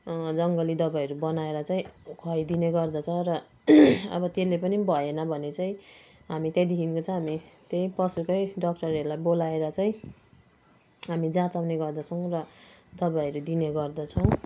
जङ्गली दबाईहरू बनाएर चाहिँ खुवाइदिने गर्दछ र अब त्यसले पनि भएन भने चाहिँ हामी त्यहाँदेखिनको चाहिँ हामी त्यही पशुकै डक्टरहरूलाई बोलाएर चाहिँ हामी जँचाउने गर्दछौँ र दबाईहरू दिने गर्दछौँ